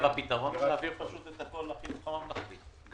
הפתרון הוא להעביר את הכול לחינוך הממלכתי.